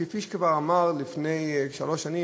כפי שכבר אמר לפני שלוש שנים,